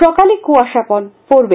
সকালে কুয়াশা পড়বে